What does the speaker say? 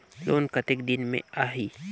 Loan कतेक दिन मे आही?